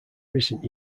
recent